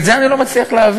את זה אני לא מצליח להבין.